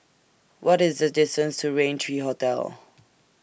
What IS The distance to Raint three Hotel